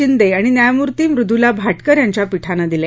शिंदे आणि न्यायमूर्ती मृद्ला भाटकर यांच्या पीठानं दिले